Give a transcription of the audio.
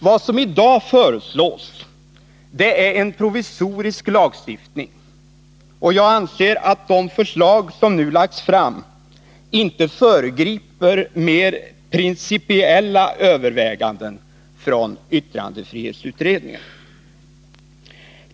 Vad som i dag föreslås är en provisorisk lagstiftning, och jag anser att de förslag som nu lagts fram inte föregriper mer principiella överväganden från yttrandefrihetsutredningen.